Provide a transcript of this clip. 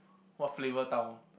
what flavourtown